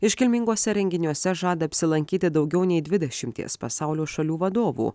iškilminguose renginiuose žada apsilankyti daugiau nei dvidešimties pasaulio šalių vadovų